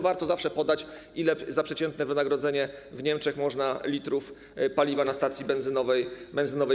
Warto zawsze podać, ile za przeciętne wynagrodzenie w Niemczech można kupić litrów paliwa na stacji benzynowej.